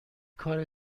کار